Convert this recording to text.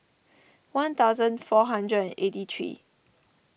one thousand four hundred and eighty three